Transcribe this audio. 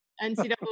NCAA